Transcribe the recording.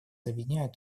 объединяют